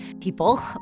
People